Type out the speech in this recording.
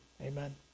amen